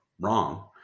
wrong